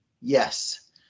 yes